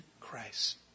Christ